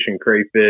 crayfish